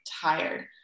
tired